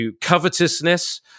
covetousness